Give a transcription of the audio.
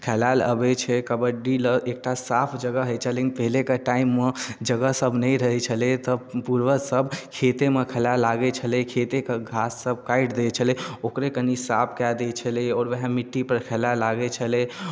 खेलायल अबैत छै कबड्डी लेल एकटा साफ जगह होइ छलै पहिनेके टाइममे जगह सभ नहि रहैत छलै तऽ पूर्वजसभ खेतेमे खेलाय लागैत छलै खेतेके घाससभ काटि दैत छलै ओकरे कनी साफ कए दैत छलै आओर उएह मिट्टीपर खेलाय लागैत छलै